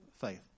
faith